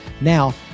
now